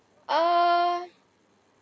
err